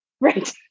Right